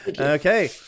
Okay